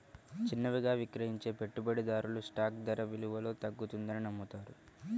చిన్నవిగా విక్రయించే పెట్టుబడిదారులు స్టాక్ ధర విలువలో తగ్గుతుందని నమ్ముతారు